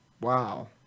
Wow